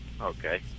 Okay